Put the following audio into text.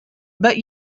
but